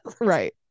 Right